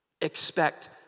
Expect